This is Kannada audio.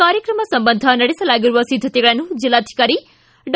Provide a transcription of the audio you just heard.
ಕಾರ್ಯಕ್ರಮ ಸಂಬಂಧ ನಡೆಸಲಾಗಿರುವ ಸಿದ್ದತೆಗಳನ್ನು ಜಿಲ್ಲಾಧಿಕಾರಿ ಡಾ